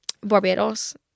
Barbados